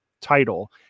title